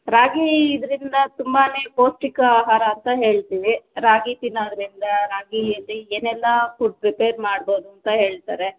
ರಾಗಿ ಇದರಿಂದ ತುಂಬಾ ಪೌಷ್ಟಿಕ ಆಹಾರ ಅಂತ ಹೇಳ್ತೀವಿ ರಾಗಿ ತಿನ್ನೋದರಿಂದ ರಾಗಿಯಲ್ಲಿ ಏನೆಲ್ಲ ಫುಡ್ ಪ್ರಿಪೇರ್ ಮಾಡ್ಬೋದಂತ ಹೇಳ್ತಾರೆ